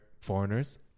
foreigners